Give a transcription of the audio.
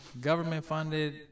government-funded